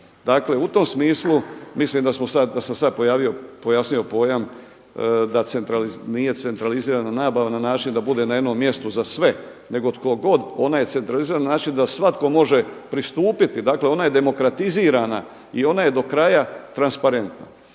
Dakle u tom smislu mislim da sam sada pojasnio pojam da nije centralizirana nabava na način da bude na jednom mjestu za sve nego tko god ona je centralizirana na način da svatko može pristupiti, dakle ona je demokratizirana i ona je do kraja transparentna.